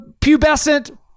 pubescent